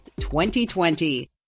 2020